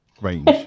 range